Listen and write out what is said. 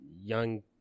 young